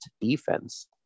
defense